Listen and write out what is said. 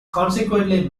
consequently